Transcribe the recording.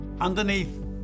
underneath